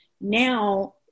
Now